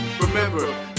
remember